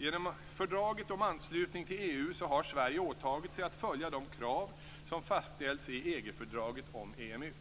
Genom fördraget om anslutning till EU har Sverige åtagit sig att följa de krav som fastställts i EG-fördraget om EMU.